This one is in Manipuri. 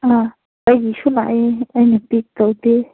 ꯑꯥ ꯑꯩꯒꯤꯁꯨ ꯂꯥꯛꯑꯦ ꯑꯩꯅ ꯄꯤꯛ ꯇꯧꯗꯦ